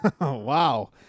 Wow